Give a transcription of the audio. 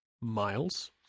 Miles